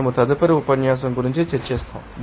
మేము తదుపరి ఉపన్యాసం గురించి చర్చిస్తాము